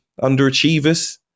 Underachievers